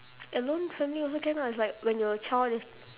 alone family also can lah it's like when you're a child